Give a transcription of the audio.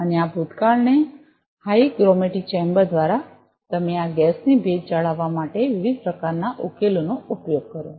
અને આ ભૂતકાળને હાઇગ્રોમેટ્રી ચેમ્બર દ્વારા જેથી તમે આ ગેસની ભેજ જાળવવા માટે વિવિધ પ્રકારના ઉકેલોનો ઉપયોગ કરો